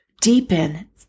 deepen